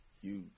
Huge